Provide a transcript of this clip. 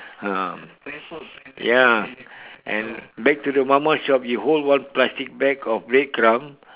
ah ya and back to the normal shop you hold one plastic bag of bread crumb